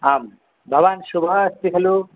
आं भवान् शुभा अस्ति खलु